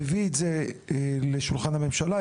פשוט מביא את זה לשולחן הממשלה,